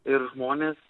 ir žmonės